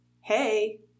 hey